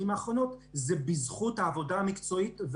האחרונות זה בזכות העבודה המקצועית,